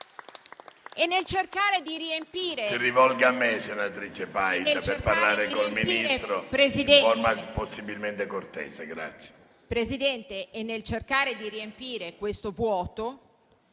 E nel cercare di riempire questo vuoto,